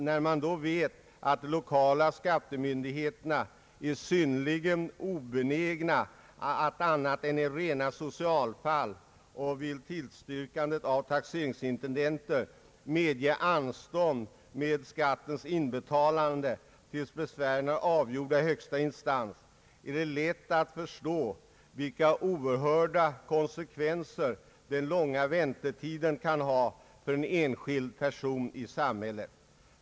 När man då vet att de lokala skattemyndigheterna är synnerligen obenägna att annat än i rena socialfall och efter tillstyrkan av vederbörande taxeringsintendent medge anstånd med skattens inbetalande tills besvären är avgjorda i högsta instans, är det lätt att förstå vilka oerhörda konsekvenser den långa väntetiden kan ha för en enskild person i samhället.